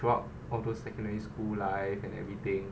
throughout all those secondary school life and everything